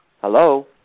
Hello